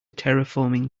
terraforming